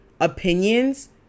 opinions